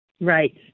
Right